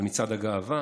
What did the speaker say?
על מצעד הגאווה,